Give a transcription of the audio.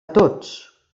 tots